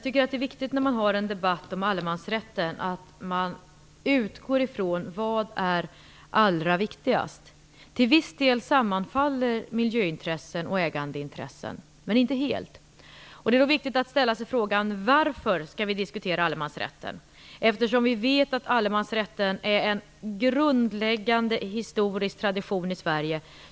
Fru talman! När man för en debatt om allemansrätten tycker jag att det är viktigt att man utgår från frågan: Vad är allra viktigast? Till viss del sammanfaller miljöintressen och ägandeintressen, men inte helt. Det är då viktigt att ställa sig frågan: Varför skall vi diskutera allemansrätten? Vi vet ju att allemansrätten är en grundläggande historisk tradition i Sverige.